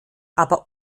aber